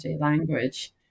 language